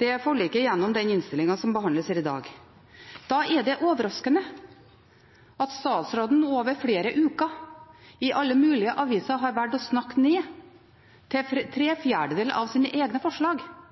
det forliket gjennom den innstillingen som behandles her i dag. Da er det overraskende at statsråden over flere uker i alle mulige aviser har valgt å snakke ned tre fjerdedeler av sine egne forslag,